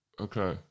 Okay